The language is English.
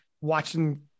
watching